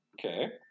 Okay